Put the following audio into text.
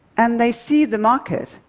and they see the market,